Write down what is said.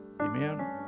amen